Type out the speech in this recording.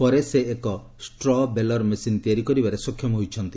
ପରେ ସେ ଏକ ଷ୍ଟ୍ର ବେଲର୍ ମେସିନ୍ ତିଆରି କରିବାରେ ସକ୍ଷମ ହୋଇଛନ୍ତି